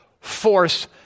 force